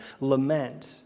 lament